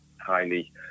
highly